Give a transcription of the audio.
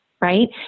right